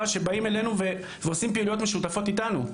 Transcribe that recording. שבאים אלינו ועושים פעילויות משותפות איתנו,